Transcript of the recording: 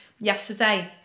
yesterday